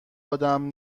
آدم